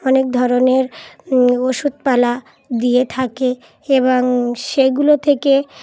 অনেক ধরনের ওষুধপালা দিয়ে থাকে এবং সেগুলো থেকে